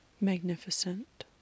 magnificent